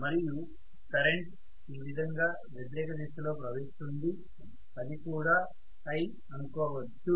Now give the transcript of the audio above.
మరియు కరెంట్ ఈ విధంగా వ్యతిరేక దిశలో ప్రవహిస్తుంది అది కూడా I అనుకోవచ్చు